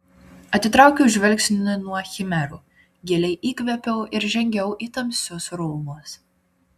atitraukiau žvilgsnį nuo chimerų giliai įkvėpiau ir žengiau į tamsius rūmus